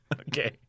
Okay